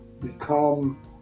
become